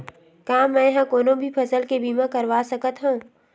का मै ह कोनो भी फसल के बीमा करवा सकत हव?